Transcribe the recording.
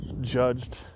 judged